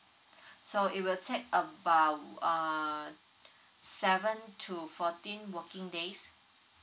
so it will take about uh seven to fourteen working days